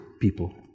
people